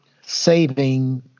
saving